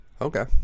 okay